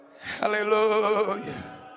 Hallelujah